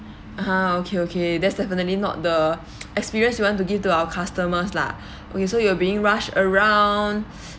uh (huh) okay okay that's definitely not the experience we want to give to our customers lah okay so you are being rushed around